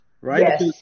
Right